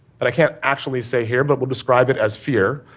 that i can't actually say here, but will describe it as fear,